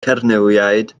cernywiaid